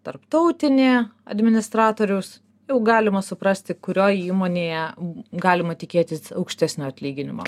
tarptautinė administratoriaus jau galima suprasti kurioj įmonėje galima tikėtis aukštesnio atlyginimo